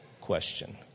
question